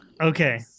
Okay